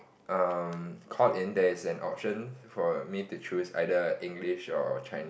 um called in there is an option for me to choose either English or Chinese